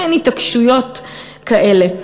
מין התעקשויות כאלה.